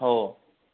हो